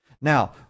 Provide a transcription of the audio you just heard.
Now